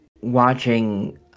watching